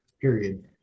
period